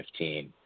2015